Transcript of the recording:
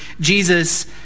Jesus